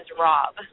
Rob